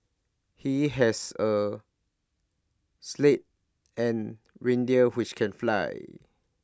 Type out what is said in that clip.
he has A sleigh and reindeer which can fly